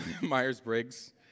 Myers-Briggs